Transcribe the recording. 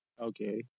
Okay